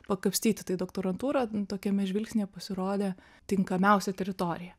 pakapstyti tai doktorantūra tokiame žvilgsnyje pasirodė tinkamiausia teritorija